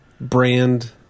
brand